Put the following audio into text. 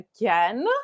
again